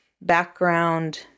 background